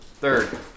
third